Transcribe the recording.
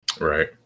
Right